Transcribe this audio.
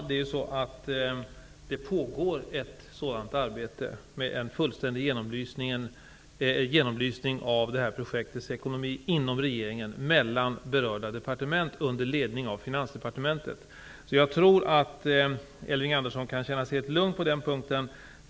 Herr talman! Inom regeringen, mellan berörda departement under ledning av Finansdepartementet, pågår ett sådant arbete med en fullständig genomlysning av detta projekts ekonomi. Jag tror att Elving Andersson kan känna sig helt lugn på den punkten.